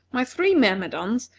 my three myrmidons,